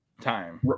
time